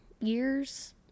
years